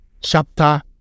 chapter